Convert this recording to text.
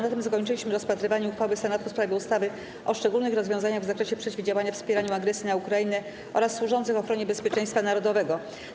Na tym zakończyliśmy rozpatrywanie uchwały Senatu w sprawie ustawy o szczególnych rozwiązaniach w zakresie przeciwdziałania wspieraniu agresji na Ukrainę oraz służących ochronie bezpieczeństwa narodowego.